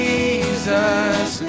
Jesus